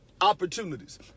opportunities